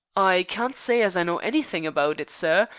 i can't s'y as i know anythink about it, sir,